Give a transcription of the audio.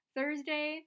Thursday